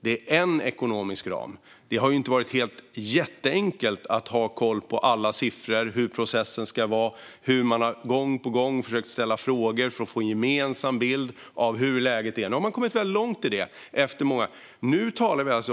det är en ekonomisk ram. Det har inte varit jätteenkelt att ha koll på alla siffror och hur processen ska vara. Jag har gång på gång ställt frågor för att försöka få en gemensam bild av hur läget är. Nu har man kommit väldigt långt med detta.